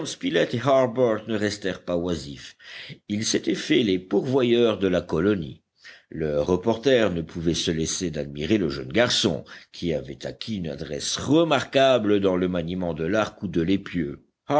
ne restèrent pas oisifs ils s'étaient faits les pourvoyeurs de la colonie le reporter ne pouvait se lasser d'admirer le jeune garçon qui avait acquis une adresse remarquable dans le maniement de l'arc ou de